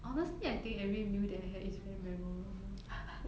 honestly I think every meal that I had is very memorable